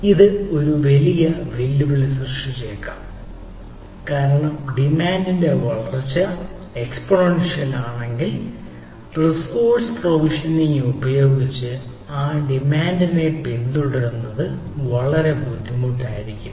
ഇത് ഒരു വലിയ വെല്ലുവിളി സൃഷ്ടിച്ചേക്കാം കാരണം ഡിമാന്റിന്റെ വളർച്ച എക്സ്പോണൻഷ്യൽ ആണെങ്കിൽ റിസോഴ്സ് പ്രൊവിഷനിംഗ് ഉപയോഗിച്ച് ആ ഡിമാൻഡിനെ പിന്തുടരുന്നത് വളരെ ബുദ്ധിമുട്ടായിരിക്കും